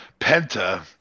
Penta